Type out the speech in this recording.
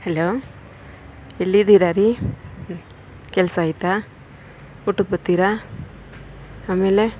hello ಎಲ್ಲಿದ್ದೀರಿ ರೀ ಕೆಲಸ ಆಯ್ತಾ ಊಟಕ್ಕೆ ಬರ್ತೀರಾ ಆಮೇಲೆ